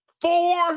four